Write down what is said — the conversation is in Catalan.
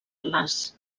les